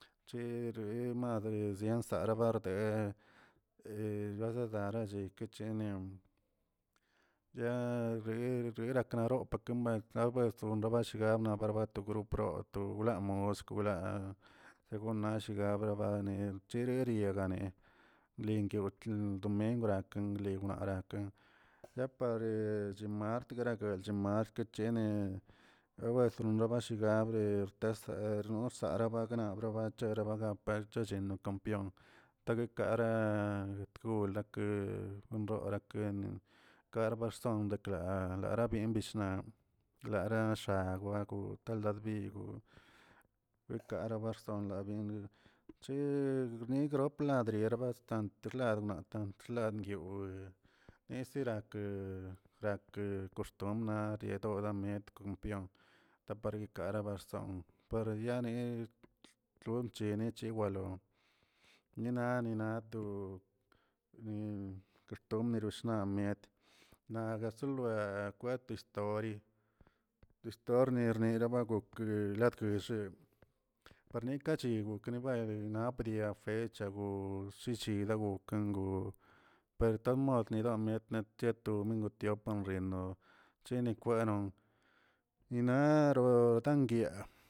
Cheri madə yansara barde ya rere rekregnaroo bashgana barbato noproto borgwo amoskwlaa shegonashguirab cherie negarieb lingwto domingwraꞌ kwwenwinaraba ya pare chi mart parawel chi arkechine ewentro bashagne shigna wre tasa r¿xno sarabag wrabacha barag chechino kampeon taguekara tgol lake ronrakə karbason dekə lara byen bishna lara shawa ko taldabiwgwo, lkara barson bin chenigroplat drerabastant ladma tant andyow neserakə rakə koxtombrə naꞌ dedora mietkampeon para ikara barson para yane tlomchene cheawalon nina nina to xtomkerosham nagasolowa fueto stori di stor stornibagok gue latguellꞌ parnikachich guknibay napdia fechagoo gokshishila gok go per talmod dinon miet natiati domingo diop, reno chini kwanon yinaron danguia.